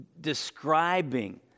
describing